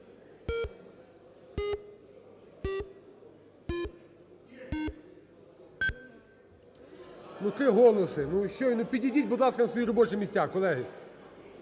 Ну, три голоси, ну, щойно... Підійдіть, будь ласка, на свої робочі місця, колеги.